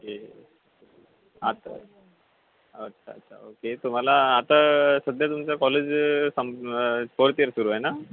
okay आता अच्छा अच्छा ओके तुम्हाला आता सध्या तुमचं कॉलेज सम फोर्थ इयर सुरू आहे ना